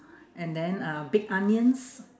and then uh big onions